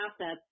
assets